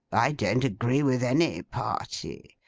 i don't agree with any party.